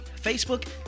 Facebook